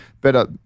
better